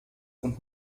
und